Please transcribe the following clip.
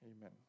Amen